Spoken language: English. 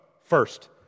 first